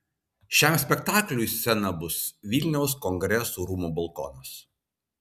šiam spektakliui scena bus vilniaus kongresų rūmų balkonas